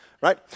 Right